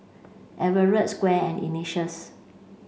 Everett Squire and Ignatius